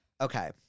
Okay